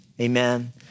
Amen